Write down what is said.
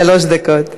שלוש דקות.